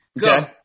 Go